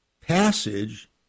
passage